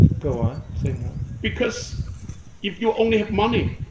go on. say more. because if you only have money,